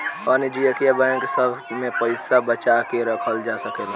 वाणिज्यिक बैंक सभ में पइसा बचा के रखल जा सकेला